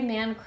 Man